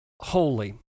holy